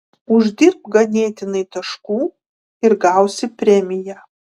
uždirbk ganėtinai taškų ir gausi premiją